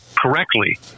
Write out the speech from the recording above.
correctly